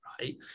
right